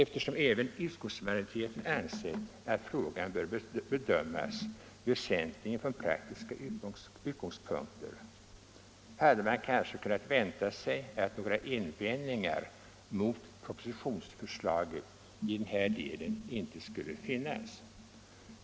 Eftersom även utskottsmajoriteten ansett att frågan bör bedömas väsentligen från praktiska utgångspunkter hade man kanske kunnat vänta sig att några invändningar mot propositionsförslaget i den här delen inte skulle finnas.